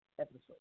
episode